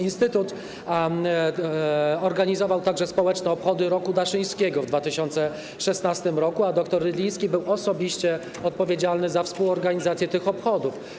Instytut organizował także społeczne obchody roku Daszyńskiego w 2016 r., a dr Rydliński był osobiście odpowiedzialny za współorganizację tych obchodów.